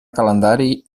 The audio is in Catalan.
calendari